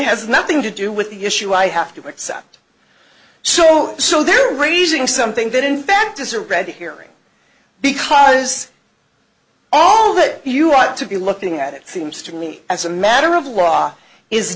has nothing to do with the issue i have to accept so so they're raising something that in fact is a red herring because all that you ought to be looking at it seems to me as a matter of law is